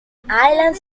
island